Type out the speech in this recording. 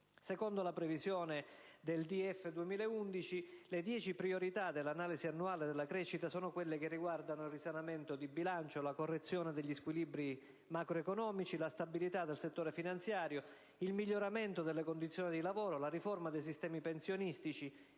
Secondo la previsione del DEF 2011, le dieci priorità dell'analisi annuale della crescita sono quelle che riguardano il risanamento di bilancio, la correzione degli squilibri macroeconomici, la stabilità del settore finanziario, il miglioramento delle condizioni di lavoro, la riforma dei sistemi pensionistici,